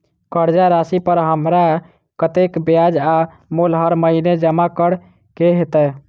कर्जा राशि पर हमरा कत्तेक ब्याज आ मूल हर महीने जमा करऽ कऽ हेतै?